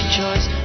choice